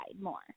more